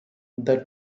the